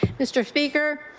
mr. speaker,